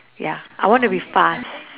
ya I want to be fast